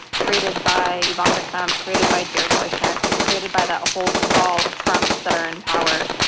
created by ivanka trump, created by jared kushner, created by that whole cabal of trumps that are in power,